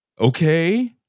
okay